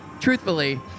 truthfully